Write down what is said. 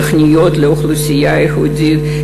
תוכניות לאוכלוסייה ייחודית,